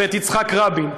ואת יצחק רבין,